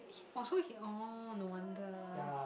he orh so he orh no wonder